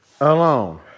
alone